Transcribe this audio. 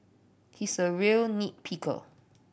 he is a real nit picker